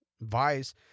Vice